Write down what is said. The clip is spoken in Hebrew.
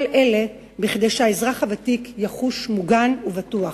כל אלה כדי שהאזרח הוותיק יחוש מוגן ובטוח.